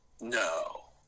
No